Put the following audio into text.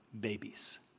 babies